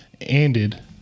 ended